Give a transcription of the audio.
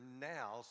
now